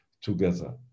together